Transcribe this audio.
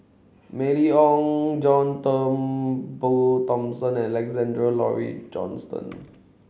Mylene Ong John Turnbull Thomson and Alexander Laurie Johnston